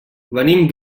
venim